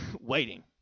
waiting